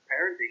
parenting